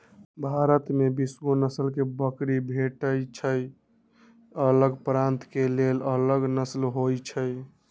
भारत में बीसगो नसल के बकरी भेटइ छइ अलग प्रान्त के लेल अलग नसल होइ छइ